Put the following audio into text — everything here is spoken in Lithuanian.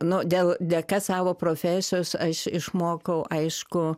nu dėl dėka savo profesijos aš išmokau aišku